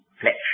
flesh